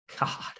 God